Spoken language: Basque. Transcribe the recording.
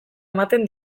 ematen